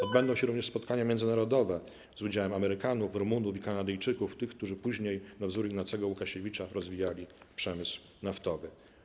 Odbędą się również spotkania międzynarodowe z udziałem Amerykanów, Rumunów i Kanadyjczyków, tych, którzy później na wzór Ignacego Łukasiewicza rozwijali przemysł naftowy.